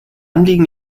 anliegen